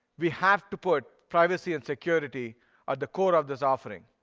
we have to put privacy and security at the core of this offering.